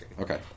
Okay